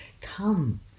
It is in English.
Come